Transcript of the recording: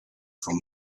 from